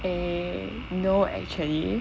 eh no actually